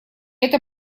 это